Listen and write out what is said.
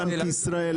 בנק ישראל,